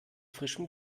frischem